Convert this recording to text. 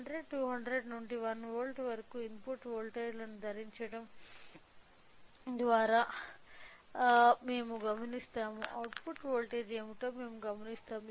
100 200 నుండి 1 వోల్ట్ వరకు ఇన్పుట్ వోల్టేజ్లను ధరించడం ద్వారా మేము గమనిస్తాము అవుట్పుట్ వోల్టేజ్ ఏమిటో మేము గమనిస్తాము